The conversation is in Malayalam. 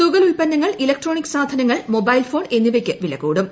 തുകൽ ഉൽപ്പന്നങ്ങൾ ഇലക്ട്രോണിക് സാധനങ്ങൾ മൊബൈൽ ഫോൺ എന്നിവയ്ക്ക് വില കൂടും